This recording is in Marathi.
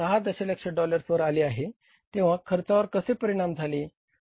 6 दशलक्ष डॉलर्सवर आले आहे तेव्हा खर्चांवर कसे परिणाम झाले